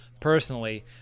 personally